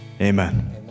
amen